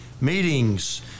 meetings